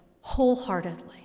wholeheartedly